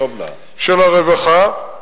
ברווחה,